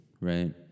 right